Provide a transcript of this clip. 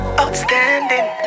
outstanding